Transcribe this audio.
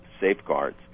Safeguards